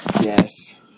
Yes